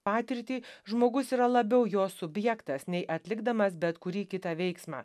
patirtį žmogus yra labiau jo subjektas nei atlikdamas bet kurį kitą veiksmą